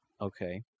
Okay